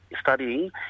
studying